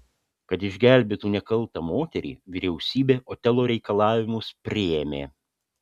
kad išgelbėtų nekaltą moterį vyriausybė otelo reikalavimus priėmė